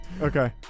Okay